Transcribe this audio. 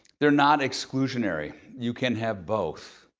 they're not exclusionary. you can have both.